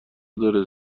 داره